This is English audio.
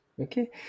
Okay